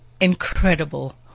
incredible